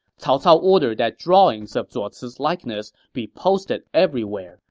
cao cao ordered that drawings of zuo ci's likeness be posted everywhere,